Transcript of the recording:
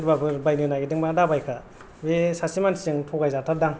सोरबाफोर बायनो नागिरदोंबा दाबायखा बे सासे मानसिजों थगाय जाथारदां